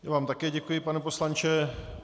Já vám také děkuji, pane poslanče.